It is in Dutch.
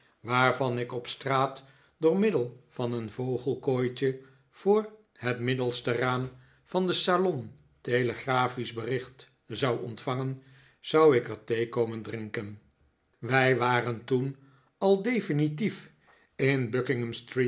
waarvan ik op straat door middel van een vogelkooitje voor het middelste raam van den salon telegrafisch bericht zou ontvangen zou ik er thee komen drinken wij waren toen al definitief in